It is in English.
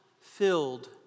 filled